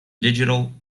digital